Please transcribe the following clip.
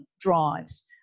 drives